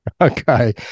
Okay